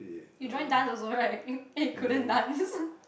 you join dance also right and you couldn't dance